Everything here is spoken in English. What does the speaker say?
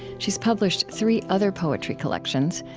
she's published three other poetry collections,